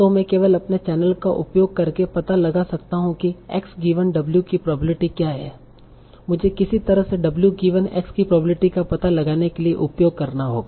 तो मैं केवल अपने चैनल का उपयोग करके पता लगा सकता हूं कि x गिवन w की प्रोबब्लिटी क्या है मुझे किसी तरह से w गिवन x की प्रोबब्लिटी का पता लगाने के लिए उपयोग करना होगा